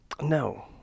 No